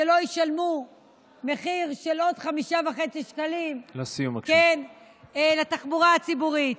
שלא ישלמו מחיר של עוד 5.5 שקלים לתחבורה הציבורית.